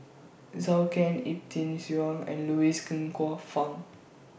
Zhou Can Ip Tung Yiu and Louis Ng Kok Fun